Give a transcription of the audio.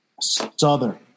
Southern